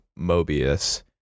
Mobius